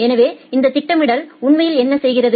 எனவே இந்த திட்டமிடல் உண்மையில் என்ன செய்கிறது